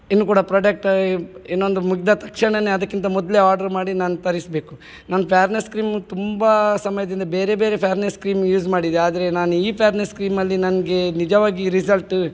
ಇನ್ನು ಕೂಡ ಪ್ರೊಡಕ್ಟ ಇನ್ನೊಂದು ಮುಗಿದ ತಕ್ಷಣನೇ ಅದಕ್ಕಿಂತ ಮೊದಲೆ ಆರ್ಡರ್ ಮಾಡಿ ನಾನು ತರಿಸಬೇಕು ನಾನು ಫ್ಯಾರ್ನೆಸ್ ಕ್ರೀಮ್ ತುಂಬ ಸಮಯದಿಂದ ಬೇರೆ ಬೇರೆ ಫ್ಯಾರ್ನೆಸ್ ಕ್ರೀಮ್ ಯೂಸ್ ಮಾಡಿದೆ ಆದರೆ ನಾನು ಈ ಫ್ಯಾರ್ನೆಸ್ ಕ್ರೀಮಲ್ಲಿ ನನಗೆ ನಿಜವಾಗಿ ರಿಸಲ್ಟ